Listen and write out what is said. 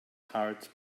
heart